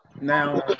now